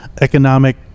economic